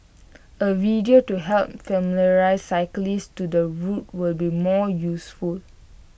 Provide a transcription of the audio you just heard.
A video to help familiarise cyclists to the route will be more useful